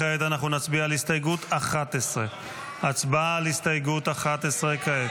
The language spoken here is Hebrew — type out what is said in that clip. כעת נצביע על הסתייגות 11. הצבעה.